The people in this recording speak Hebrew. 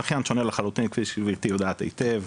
זכיין שונה לחלוטין כפי שגברתי יודעת היטב,